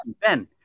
Ben